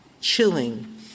chilling